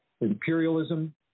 imperialism